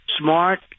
smart